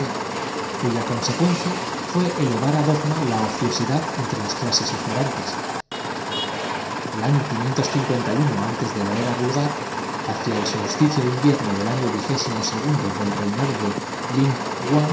cuya consecuencia fué elevar á dogma de la razón suprema y de la virtud la ociosidad entre las clases ignorantes he aquí un fragmento que confirma que ante el es el año antes de la era vulgar hacia el solsticio pectáculo de las desgracias de su patria en vez de as de invierno del año vigésimo segundo del reinado de